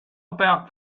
about